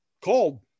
called